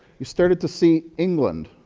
you started to see england,